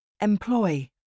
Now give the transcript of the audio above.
Employ